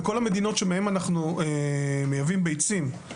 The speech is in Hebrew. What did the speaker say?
בכל המדינות מהן אנחנו מייבאים ביצים,